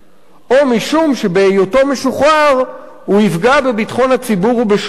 אם משום שבהיותו משוחרר הוא יפגע בביטחון הציבור ובשלומו,